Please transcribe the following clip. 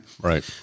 Right